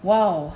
!wow!